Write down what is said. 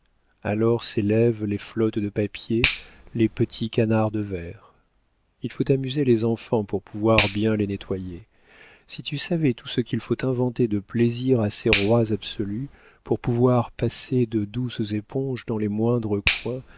alors s'élèvent les flottes de papier les petits canards de verre il faut amuser les enfants pour pouvoir bien les nettoyer si tu savais tout ce qu'il faut inventer de plaisirs à ces rois absolus pour pouvoir passer de douces éponges dans les moindres coins